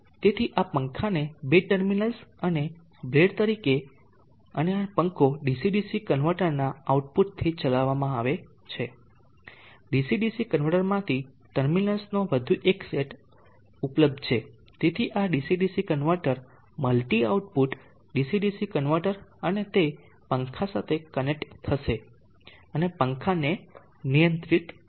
તેથી આ પંખાને બે ટર્મિનલ અને બ્લેડ તરીકે અને આ પંખો DC DC કન્વર્ટરના આઉટપુટથી ચલાવવામાં આવશે ડીસી ડીસી કન્વર્ટરમાંથી ટર્મિનલનો વધુ એક સેટ ઉપલબ્ધ છે તેથી આ DC DC converter multi output DC DC converter અને તે પંખા સાથે કનેક્ટ થઈ જશે અને પંખાને નિયંત્રિત કરશે